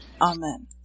Amen